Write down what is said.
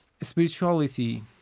spirituality